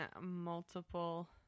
multiple